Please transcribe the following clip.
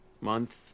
month